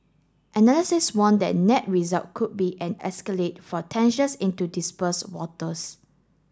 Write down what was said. analysis warn that net result could be an escalate for tensions in to dispurse waters